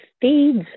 feeds